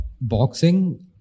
boxing